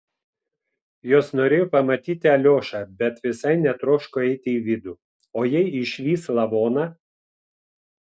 jos norėjo pamatyti aliošą bet visai netroško eiti į vidų o jei išvys lavoną